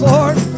Lord